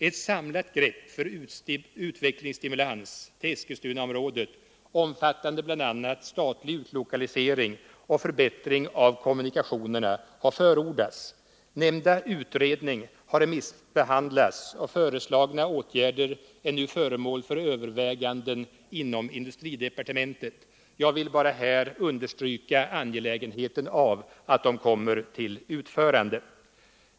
Ett samlat grepp för utvecklingsstimulans till Eskilstunaområdet omfattande bl.a. statlig utlokalisering, och förbättring av kommunikationerna har förordats. Nämnda utredning har remissbehandlats, och föreslagna åtgärder är nu föremål för överväganden inom industridepartementet. Jag vill här bara understryka angelägenheten av att de kommer till utförande.